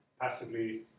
passively